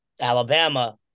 Alabama